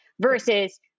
versus